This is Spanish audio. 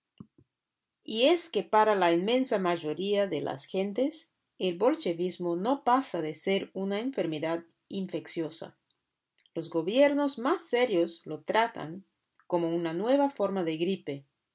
y es que para la inmensa mayoría de las gentes el bolchevismo no pasa de ser una enfermedad infecciosa los gobiernos más serios lo tratan como una nueva forma de gripe